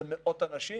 זה מאות אנשים,